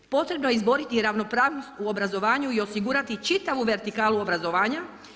Potrebno je izboriti ravnopravnost u obrazovanju i osigurati čitavu vertikalu obrazovanja.